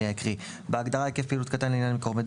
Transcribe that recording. אני אקריא: "בהגדרה ""היקף פעילות קטן",